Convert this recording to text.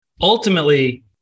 Ultimately